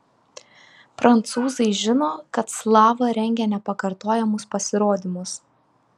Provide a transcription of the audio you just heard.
prancūzai žino kad slava rengia nepakartojamus pasirodymus